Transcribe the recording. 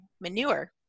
manure